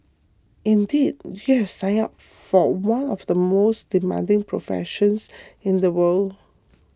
indeed you have signed up for one of the most demanding professions in the world